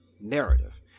narrative